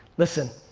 listen,